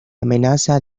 amenaza